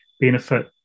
benefit